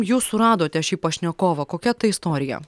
jūs suradote šį pašnekovą kokia ta istorija